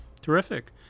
Terrific